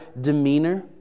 demeanor